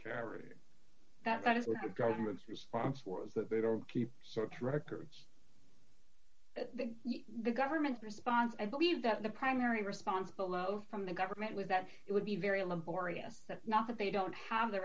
the government's response was that they don't keep records the government's response i believe that the primary response below from the government was that it would be very laborious that not that they don't have the